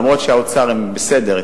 למרות שהאוצר הם בסדר,